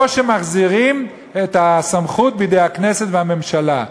או שמחזירים את הסמכות לידי הכנסת והממשלה.